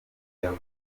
nibwo